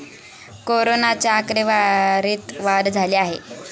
कोरोनाच्या आकडेवारीत वाढ झाली आहे